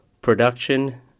production